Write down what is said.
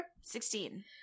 sixteen